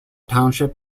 township